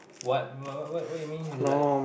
what what what what what you mean this is like